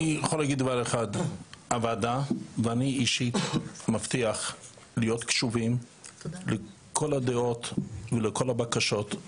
אני באופן אישי מבטיח להיות קשוב לכל הדעות ולכל הבקשות.